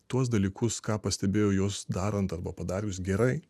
tuos dalykus ką pastebėjo juos darant arba padarius gerai